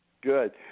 good